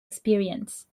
experience